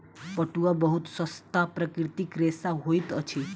पटुआ बहुत सस्ता प्राकृतिक रेशा होइत अछि